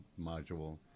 module